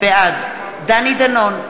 בעד דני דנון,